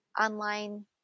online